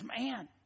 man